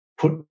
Put